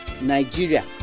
Nigeria